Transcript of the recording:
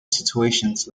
situations